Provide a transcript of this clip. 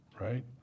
right